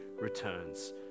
returns